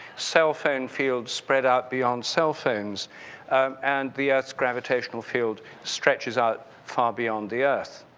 cellphone fields spread out beyond cellphones and the earth's gravitational field stretches out far beyond the earth.